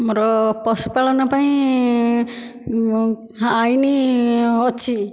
ଆମର ପଶୁ ପାଳନ ପାଇଁ ଆଇନ ଅଛି